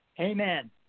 Amen